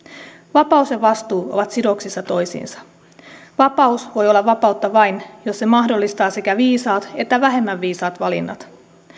vapaus ja vastuu ovat sidoksissa toisiinsa vapaus voi olla vapautta vain jos se mahdollistaa sekä viisaat että vähemmän viisaat valinnat